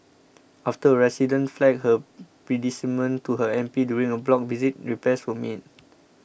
after a resident flagged her predicament to her M P during a block visit repairs were made